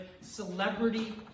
celebrity